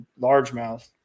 largemouth